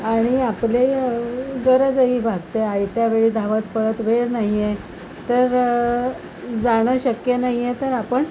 आणि आपले गरजही भागते आयत्या वेळी धावत पळत वेळ नाहीये तर जाणं शक्य नाहीये तर आपण